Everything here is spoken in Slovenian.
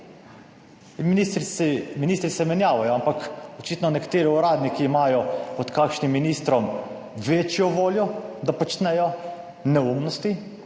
ministri se menjavajo, ampak očitno nekateri uradniki imajo pod kakšnim ministrom večjo voljo, da počnejo neumnosti